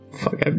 fuck